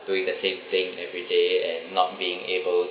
doing the same thing everyday and not being able